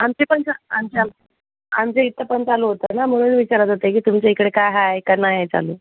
आमचे पण आमचे आमच्या इथं पण चालू होतं ना म्हणून विचारत होते की तुमच्या हिकडे काय आहे का नाहीए चालू